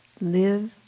Live